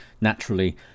naturally